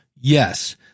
Yes